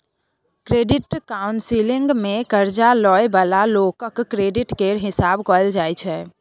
credit counselling मे कर्जा लइ बला लोकक क्रेडिट केर हिसाब कएल जाइ छै